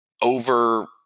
over